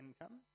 income